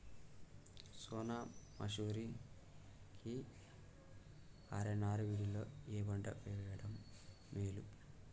సోనా మాషురి కి ఆర్.ఎన్.ఆర్ వీటిలో ఏ పంట వెయ్యడం మేలు?